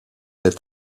est